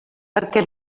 perquè